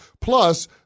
Plus